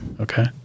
Okay